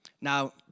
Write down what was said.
Now